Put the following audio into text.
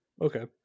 Okay